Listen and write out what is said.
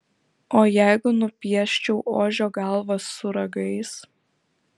o jeigu nupieščiau ožio galvą su ragais